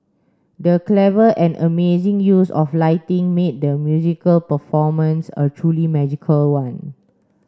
the clever and amazing use of lighting made the musical performance a truly magical one